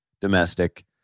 domestic